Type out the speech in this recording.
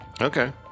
Okay